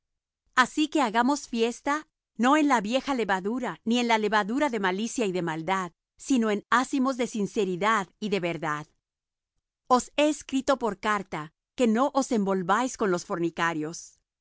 así que hagamos fiesta no en la vieja levadura ni en la levadura de malicia y de maldad sino en ázimos de sinceridad y de verdad os he escrito por carta que no os envolváis con los fornicarios